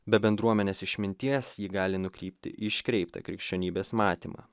be bendruomenės išminties ji gali nukrypti į iškreiptą krikščionybės matymą